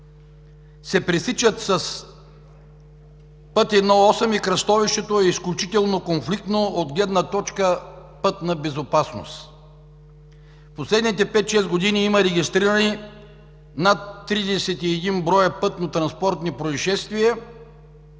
се пресичат с път І-8 и кръстовището е изключително конфликтно от гледна точка пътна безопасност. Последните пет-шест години има регистрирани над 31 броя пътнотранспортни произшествия,